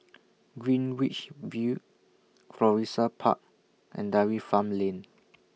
Greenwich V Florissa Park and Dairy Farm Lane